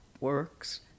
works